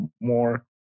more